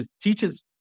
teaches